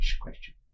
question